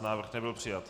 Návrh nebyl přijat.